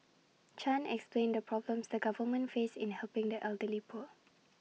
chan explained the problems the government face in helping the elderly poor